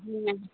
जी ma'am